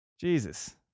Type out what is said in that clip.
Jesus